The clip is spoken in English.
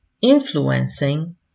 influencing